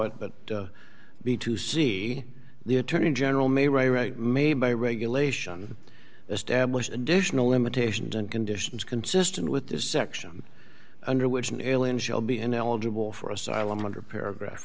it but b to see the attorney general may may by regulation establish additional limitations and conditions consistent with this section under which an alien shall be ineligible for asylum under paragraph